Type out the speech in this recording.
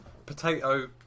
Potato